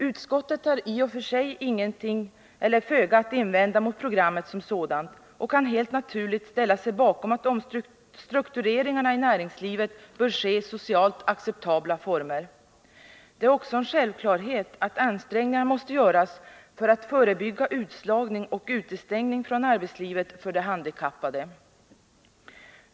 Utskottet har i och för sig föga att invända mot programmet som sådant och kan helt naturligt ställa sig bakom att omstruktureringarna i näringslivet bör ske i socialt acceptabla former. Det är också en självklarhet att ansträngningar måste göras för att förebygga utslagning och utestängning från arbetslivet för de handikappade.